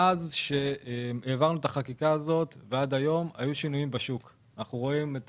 מאז שהעברנו את החקיקה עד היום היו שינויים בשוק - אנחנו רואים את